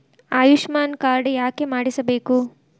Ayushman card ಯಾಕೆ ಮಾಡಿಸಬೇಕು?